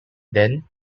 then